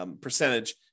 percentage